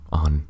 on